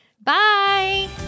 Bye